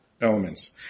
elements